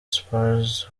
spurs